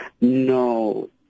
No